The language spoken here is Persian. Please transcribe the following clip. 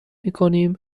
میکنیم